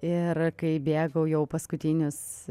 ir kai bėgau jau paskutinius